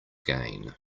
gain